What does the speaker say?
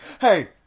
Hey